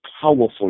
powerful